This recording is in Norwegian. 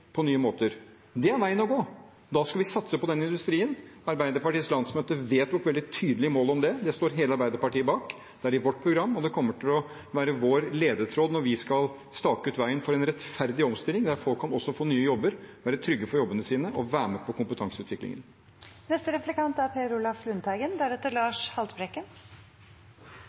på nye måter. Det er veien å gå. Da skal vi satse på den industrien. Arbeiderpartiets landsmøte vedtok veldig tydelige mål om det. Dette står hele Arbeiderpartiet bak, det er i vårt program, og det kommer til å være vår ledetråd når vi skal stake ut veien for en rettferdig omstilling, der folk kan få nye jobber og kan være trygge for jobbene sine, og der folk kan være med på kompetanseutviklingen. Et velorganisert arbeidsliv er